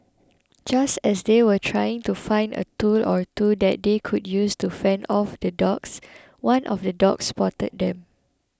just as they were trying to find a tool or two that they could use to fend off the dogs one of the dogs spotted them